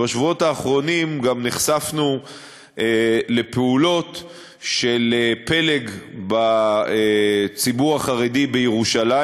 בשבועות האחרונים גם נחשפנו לפעולות של פלג בציבור החרדי בירושלים,